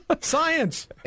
Science